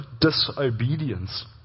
disobedience